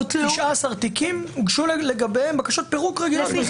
19 תיקים הוגשו לגביהם בקשות פירוק רגילות.